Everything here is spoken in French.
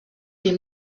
des